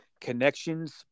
connections